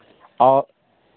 और